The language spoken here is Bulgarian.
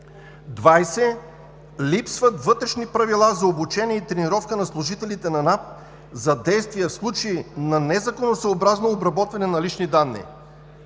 20. Липсват вътрешни правила за обучение и тренировка на служителите на НАП за действия в случай на незаконосъобразно обработване на лични данни.“